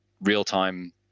real-time